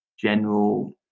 general